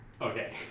Okay